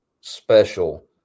special